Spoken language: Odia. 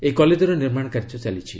ଏହି କଲେଜର ନିର୍ମାଣକାର୍ଯ୍ୟ ଚାଲିଛି